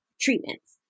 treatments